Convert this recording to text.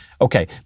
Okay